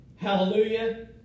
Hallelujah